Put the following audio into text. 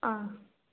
ಆಂ